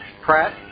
Pratt